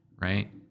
right